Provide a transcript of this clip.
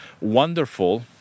wonderful